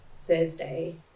Thursday